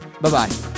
bye-bye